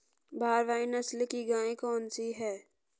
भारवाही नस्ल की गायें कौन सी हैं?